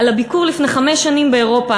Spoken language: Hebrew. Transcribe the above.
על הביקור לפני חמש שנים באירופה,